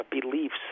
beliefs